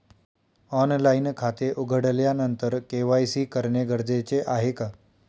Online खाते उघडल्यानंतर KYC करणे गरजेचे आहे का?